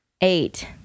Eight